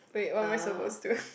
wait what am I supposed to